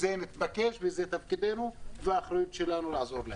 זה מתבקש וזה תפקידנו, והאחריות שלנו לעזור להם.